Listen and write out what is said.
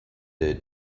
they